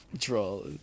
Draw